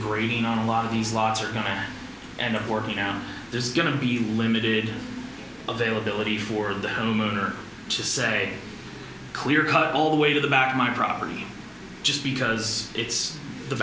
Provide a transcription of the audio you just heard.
green on a lot of these laws are going and working out there's going to be limited availability for the homeowner to say clear cut all the way to the back of my property just because it's the